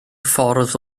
ffordd